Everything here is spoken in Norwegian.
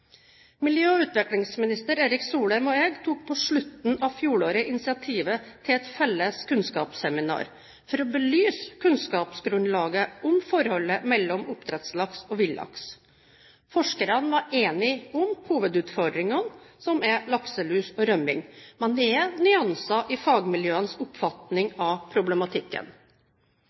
Miljø- og utviklingsminister Erik Solheim og jeg tok på slutten av fjoråret initiativet til et felles kunnskapsseminar for å belyse kunnskapsgrunnlaget om forholdet mellom oppdrettslaks og villaks. Forskerne var enige om hovedutfordringene som er lakselus og rømming, men det er nyanser i fagmiljøenes oppfatning av problematikken.